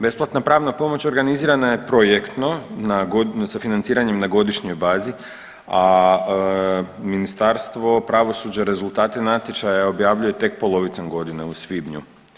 Besplatna pravna pomoć organizirana je projektno sa financiranjem na godišnjoj bazi, a Ministarstvo pravosuđa rezultate natječaja objavljuje tek polovicom godine u svibnju.